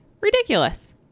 Ridiculous